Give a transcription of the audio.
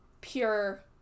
pure